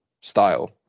style